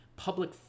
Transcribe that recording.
public